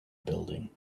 building